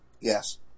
Yes